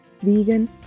vegan